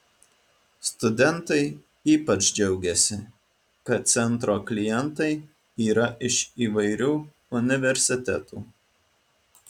studentai ypač džiaugėsi kad centro klientai yra iš įvairių universitetų